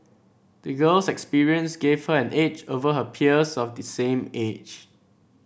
the girl's experiences gave her an edge over her peers of the same age